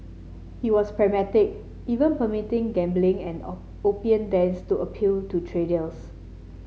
he was pragmatic even permitting gambling and opium dens to appeal to